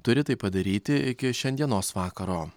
turi tai padaryti iki šiandienos vakaro